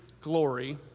glory